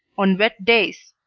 on wet days.